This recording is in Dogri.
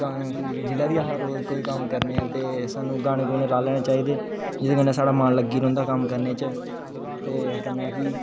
जेहड़ा बी आखर कोई कोई कम करने हा ते सानू गाने गुने लाई लेने चाहिदे जेहदे कन्नै साढ़ा मन लग्गी रोंहदां कम करने च ते कन्नै कि